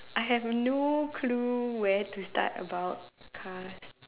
I have no clue where to start about cars